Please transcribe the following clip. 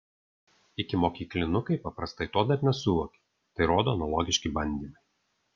ikimokyklinukai paprastai to dar nesuvokia tai rodo analogiški bandymai